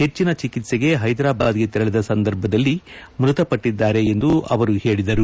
ಹೆಚ್ಚಿನ ಚಿಕಿತ್ಸೆಗೆ ಹೈದರಾಬಾದ್ಗೆ ತೆರಳದ ಸಂದರ್ಭದಲ್ಲಿ ಮೃತಪಟ್ಟಿದ್ದಾರೆ ಎಂದು ಅವರು ಹೇಳದರು